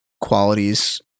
qualities